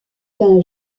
qu’un